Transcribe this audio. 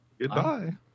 Goodbye